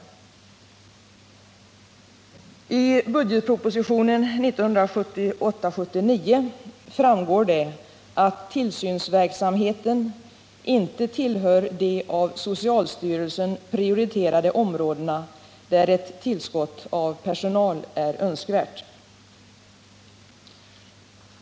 Av budgetpropositionen 1978/79 framgår det att tillsynsverksamheten inte tillhör de av socialstyrelsen prioriterade områdena där ett tillskott av personal är önskvärt.